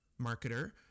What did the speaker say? marketer